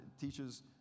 teaches